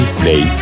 play